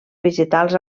vegetals